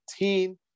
18